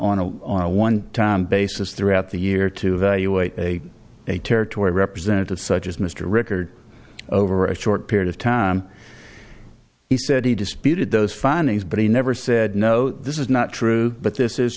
used on a one time basis throughout the year to evaluate a territory representative such as mr rickard over a short period of time he said he disputed those findings but he never said no this is not true but this is